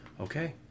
Okay